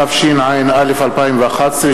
התשע"א 2011,